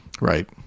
right